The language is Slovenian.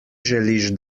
želiš